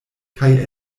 kaj